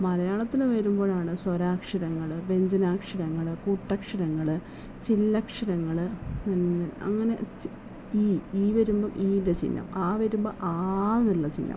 മലയാളത്തിൽ വരുമ്പോഴാണ് സ്വരാക്ഷരങ്ങൾ വ്യഞ്ജനാക്ഷരങ്ങൾ കൂട്ടക്ഷരങ്ങൾ ചില്ലക്ഷരങ്ങൾ പിന്നെ അങ്ങനെ ഇ ഇ വരുമ്പം ഇ ടെ ചിഹ്നം അ വരുമ്പോൾ ആ എന്നുള്ള ചിഹ്നം